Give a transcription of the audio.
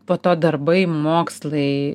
po to darbai mokslai